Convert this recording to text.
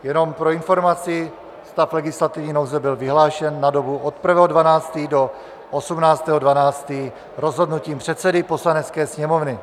Jenom pro informaci, stav legislativní nouze byl vyhlášen na dobu od 1. 12. do 18. 12. rozhodnutím předsedy Poslanecké sněmovny.